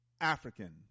African